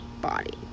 body